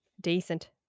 decent